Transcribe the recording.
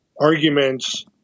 arguments